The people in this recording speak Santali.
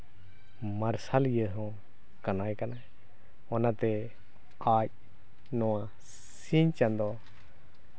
ᱢᱟᱨᱥᱟᱞ ᱤᱭᱟᱹ ᱦᱚᱸ ᱠᱟᱱᱟᱭ ᱠᱟᱱᱟᱭ ᱚᱱᱟᱛᱮ ᱟᱡ ᱱᱚᱣᱟ ᱥᱤᱧ ᱪᱟᱸᱫᱳ